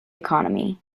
economy